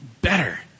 better